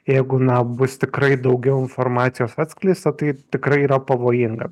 jeigu na bus tikrai daugiau informacijos atskleista tai tikrai yra pavojinga